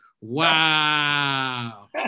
Wow